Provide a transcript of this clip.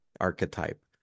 archetype